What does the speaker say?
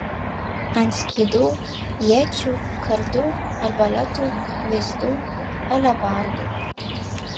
ant skydų iečių kardų arbaletų vėzdų alebardų